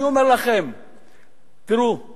במקרה של היישובים הקהילתיים בישראל